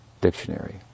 dictionary